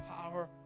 power